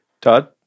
Todd